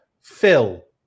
Phil